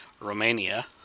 Romania